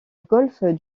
golfe